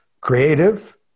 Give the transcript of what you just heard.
creative